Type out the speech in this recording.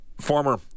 former